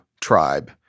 tribe